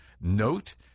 note